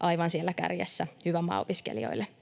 aivan siellä kärjessä, hyvä maa opiskelijoille